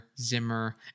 Zimmer